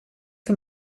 för